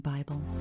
Bible